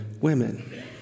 women